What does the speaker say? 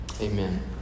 Amen